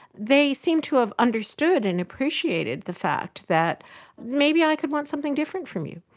they seemed to have understood and appreciated the fact that maybe i could want something different from you.